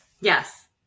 Yes